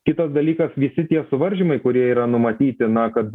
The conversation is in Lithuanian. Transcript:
kitas dalykas visi tie suvaržymai kurie yra numatyti na kad